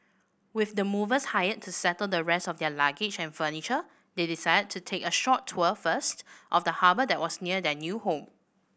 with the movers hired to settle the rest of their luggage and furniture they decided to take a short tour first of the harbour that was near their new home